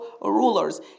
rulers